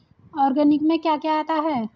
Organic में क्या क्या आता है?